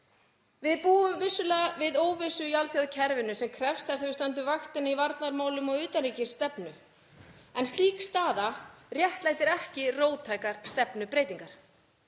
Við búum vissulega við óvissu í alþjóðakerfinu sem krefst þess að við stöndum vaktina í varnarmálum og utanríkisstefnu en slík staða réttlætir ekki róttækar stefnubreytingar.